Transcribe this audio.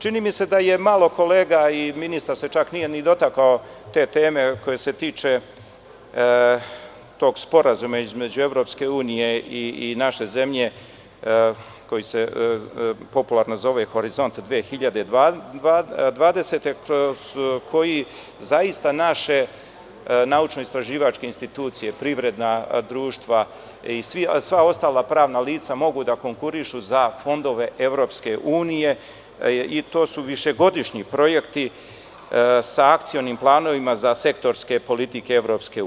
Čini mi se da je malo kolega, ministar se čak nije ni dotakao te teme koja se tiče tog sporazuma između EU i naše zemlje koji se popularno zove Horizont 2020, za koji zaista naše naučno istraživačke institucije, privredna društva i sva ostala pravna lica mogu da konkurišu za fondove EU i to su višegodišnji projekti sa akcionim planovima za sektorske politike EU.